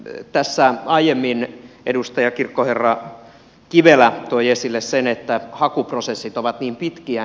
tässä aiemmin edustaja kirkkoherra kivelä toi esille sen että hakuprosessit ovat niin pitkiä